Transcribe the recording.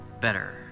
better